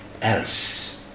Else